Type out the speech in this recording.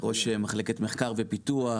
מחלקת מחקר ופיתוח,